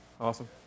Awesome